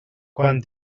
quan